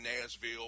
Nashville